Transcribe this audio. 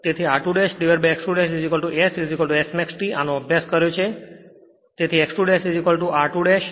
તેથી r2x 2 SS max T આનો અભ્યાસ કર્યો છે